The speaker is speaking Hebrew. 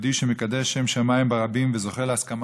יהודי שמקדש שם שמיים ברבים וזוכה להסכמה